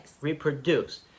reproduce